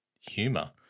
humor